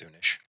Soonish